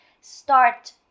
start